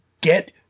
Get